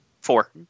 Four